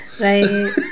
Right